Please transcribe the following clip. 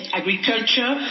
agriculture